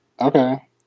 Okay